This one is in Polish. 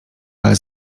ale